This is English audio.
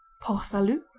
port-salut,